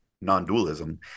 non-dualism